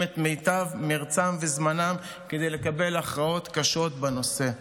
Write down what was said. את מיטב מרצם וזמנם כדי לקבל הכרעות קשות בנושא.